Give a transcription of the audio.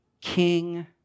king